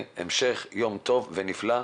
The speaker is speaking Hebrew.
המשך יום טוב ונפלא.